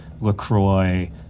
LaCroix